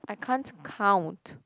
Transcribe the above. I can't count